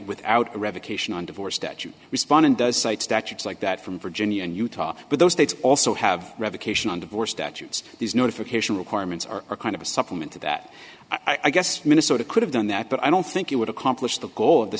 without a revocation on divorce statute respond and does cite statutes like that from virginia and utah but those states also have revocation on divorce statutes these notification requirements are a kind of a supplement to that i guess minnesota could have done that but i don't think it would accomplish the goal of the